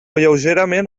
lleugerament